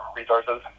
resources